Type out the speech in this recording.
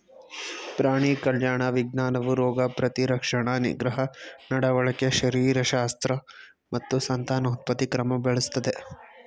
ಪ್ರಾಣಿ ಕಲ್ಯಾಣ ವಿಜ್ಞಾನವು ರೋಗ ಪ್ರತಿರಕ್ಷಣಾ ನಿಗ್ರಹ ನಡವಳಿಕೆ ಶರೀರಶಾಸ್ತ್ರ ಮತ್ತು ಸಂತಾನೋತ್ಪತ್ತಿ ಕ್ರಮ ಬಳಸ್ತದೆ